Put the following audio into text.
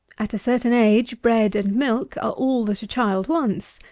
at a certain age bread and milk are all that a child wants.